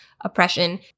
oppression